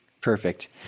Perfect